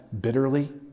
bitterly